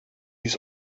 his